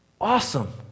Awesome